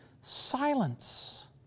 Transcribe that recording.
silence